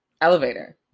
Elevator